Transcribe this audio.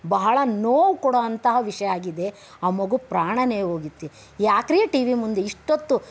ಬಹಳ ನೋವು ಕೊಡೋವಂತಹ ವಿಷಯ ಆಗಿದೆ ಆ ಮಗು ಪ್ರಾಣವೇ ಹೋಗಿತ್ತು ಯಾಕ್ರೀ ಟಿ ವಿ ಮುಂದೆ ಇಷ್ಟೊತ್ತು